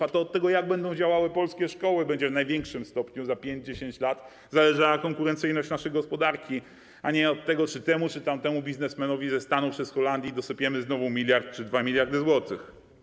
A to od tego, jak będą działały polskie szkoły, będzie w największym stopniu za 5–10 lat zależała konkurencyjność naszej gospodarki, a nie od tego, czy temu, czy tamtemu biznesmenowi ze Stanów czy z Holandii dosypiemy znowu 1 mld czy 2 mld zł.